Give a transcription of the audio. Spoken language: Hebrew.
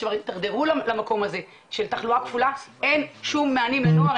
כשהם כבר התדרדרו למקום הזה של תחלואה כפולה אין שום מענים לנוער.